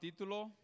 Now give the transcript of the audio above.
título